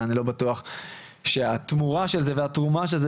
ואני לא בטוח שהתרומה של זה והתמורה של זה